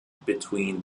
between